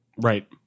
Right